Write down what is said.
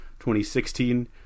2016